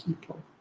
people